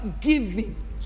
giving